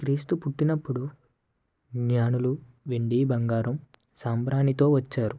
క్రీస్తు పుట్టినప్పుడు జ్ఞానులు వెండి బంగారం సాంబ్రాణితో వచ్చారు